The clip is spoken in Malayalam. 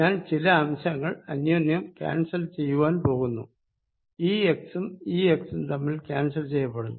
ഞാൻ ചില അംശങ്ങൾ അന്യോന്യം ക്യാൻസൽ ചെയ്യുവാൻ പോകുന്നു ഈ x ഉം ഈ x ഉം തമ്മിൽ ക്യാൻസൽ ചെയ്യപ്പെടുന്നു